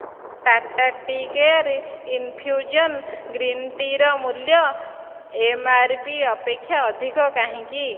Tata tea care infusion green ଟି'ର ମୂଲ୍ୟ M R P ଅପେକ୍ଷା ଅଧିକ କାହିଁକି